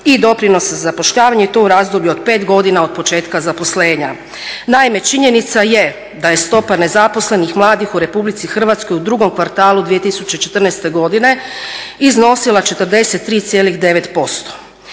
i doprinos za zapošljavanje i to u razdoblju od 5 godina od početka zaposlenja. Naime, činjenica je da je stopa nezaposlenih mladih u Republici Hrvatskoj u drugom kvartalu 2014. godine iznosila 43,9%.